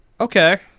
Okay